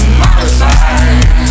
modified